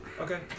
Okay